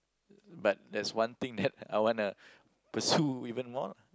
but there's one thing that I wanna pursue even more lah